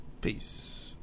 Peace